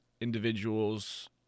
individuals